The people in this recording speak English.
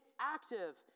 active